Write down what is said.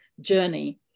journey